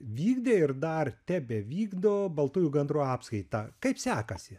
vykdė ir dar tebevykdo baltųjų gandrų apskaitą kaip sekasi